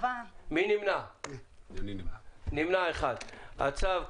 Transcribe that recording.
נמנע- 1. הצו,